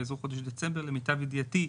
בסביבות חודש דצמבר למיטב ידיעתי,